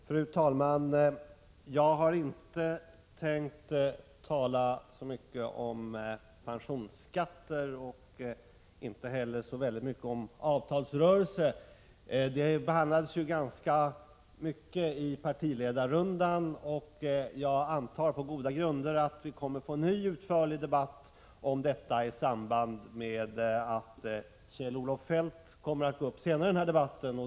Fru talman! Jag har inte tänkt tala så mycket om pensionsskatter och inte särskilt mycket om avtalsrörelsen. De frågorna behandlades ju ganska mycket i partiledarrundan, och jag antar på goda grunder att vi kommer att få en ny utförlig debatt om dessa frågor i samband med att Kjell-Olof Feldt tar till orda senare i den här debatten.